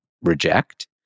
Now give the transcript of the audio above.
reject